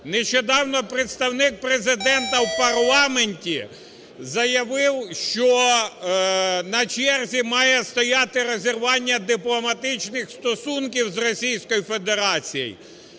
Нещодавно представник Президента в парламенті заявив, що на черзі має стояти розірвання дипломатичних стосунків з